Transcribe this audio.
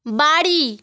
বাড়ি